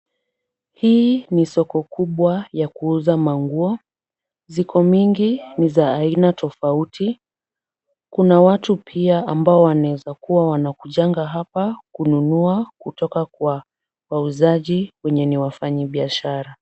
Hii ni soko kubwa ya kuuza manguo. Ziko mingi ni za aina tofauti. Kuna watu pia ambao wanaweza kuwa wanakujanga hapa kununua kutoka kwa wauzaji wenye ni wafanyibiashara.